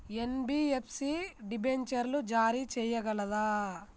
NBFC డిబెంచర్లు జారీ చేయగలదా?